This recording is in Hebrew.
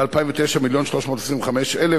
ב-2009 זה 1.325 מיליון ש"ח,